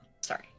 Sorry